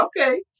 Okay